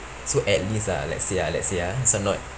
so at least ah let's say ah let's say ah are not